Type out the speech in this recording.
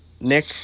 Nick